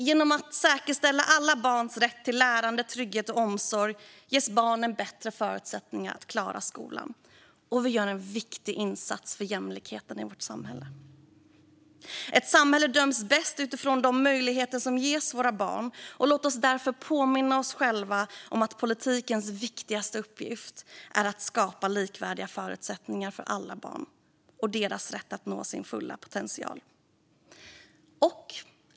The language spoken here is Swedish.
Genom att man säkerställer alla barns rätt till lärande, trygghet och omsorg ges barn en bättre förutsättning att klara skolan, och vi gör en viktig insats för jämlikheten i vårt samhälle. Ett samhälle döms bäst utifrån de möjligheter som ges barnen. Låt oss därför påminna oss själva om att politikens viktigaste uppgift är att skapa likvärdiga förutsättningar för alla barn och deras rätt att nå sin fulla potential.